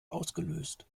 ausgelöst